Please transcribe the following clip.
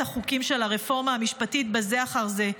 החוקים של הרפורמה המשפטית בזה אחר זה,